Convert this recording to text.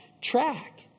track